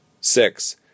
Six